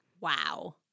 Wow